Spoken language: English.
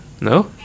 No